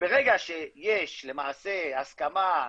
וברגע שיש למעשה הסכמה,